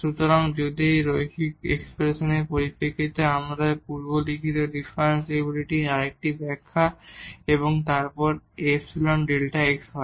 সুতরাং এটি সেই রৈখিক এক্সপ্রেশনের পরিপ্রেক্ষিতে আমরা পূর্বে লিখিত ডিফারেনশিবিলিটির আরেকটি ব্যাখ্যা এবং তারপর ϵ Δ x হয়